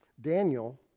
Daniel